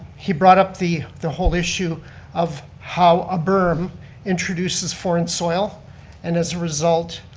he brought up the the whole issue of how a burm introduces foreign soil and as a result,